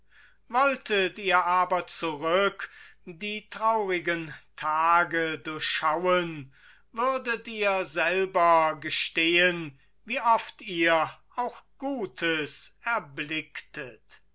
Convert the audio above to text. wolltet ihr aber zurück die traurigen tage durchschauen würdet ihr selber gestehen wie oft ihr auch gutes erblicktet